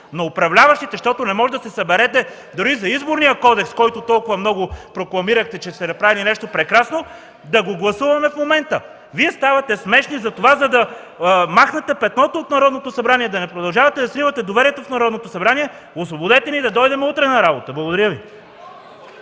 на управляващите, защото не можете да се съберете дори за Изборния кодекс, за който толкова много прокламирахте, че сте направили нещо прекрасно, да го гласуваме в момента. Вие ставате смешни и за да махнете петното от Народното събрание, да не продължавате да сривате доверието в него, освободете ни и да дойдем утре на работа. Благодаря Ви.